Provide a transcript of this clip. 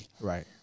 Right